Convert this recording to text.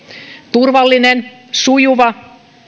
turvallinen sujuva